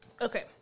Okay